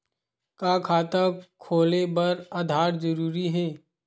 का खाता खोले बर आधार जरूरी हे?